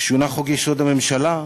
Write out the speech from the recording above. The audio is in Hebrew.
שונה חוק-יסוד: הממשלה,